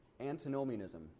antinomianism